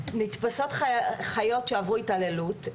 נתפסות חיות שעברו התעללות,